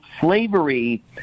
slavery